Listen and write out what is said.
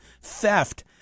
theft